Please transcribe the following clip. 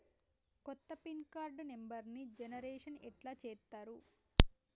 కొత్త pin card నెంబర్ని generation ఎట్లా చేత్తరు?